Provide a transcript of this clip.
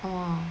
oh